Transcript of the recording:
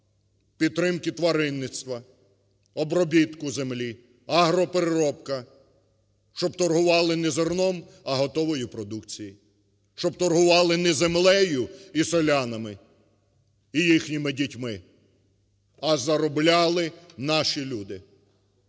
підтримки тваринництва, обробітку землі, агропереробка, щоб торгували не зерном, а готовою продукцією, щоб торгували не землею і селянами, і їхніми дітьми, а заробляли наші люди.